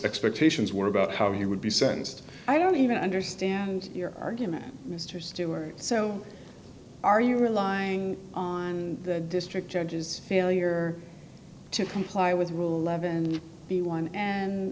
expectations were about how he would be sentenced i don't even understand your argument mr stewart so are you relying on the district judges failure to comply with rule eleven b one and